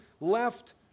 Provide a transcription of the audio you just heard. left